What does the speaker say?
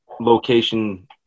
location